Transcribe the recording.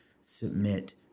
submit